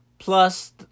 Plus